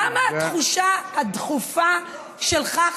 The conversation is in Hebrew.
למה התחושה הדחופה שלך,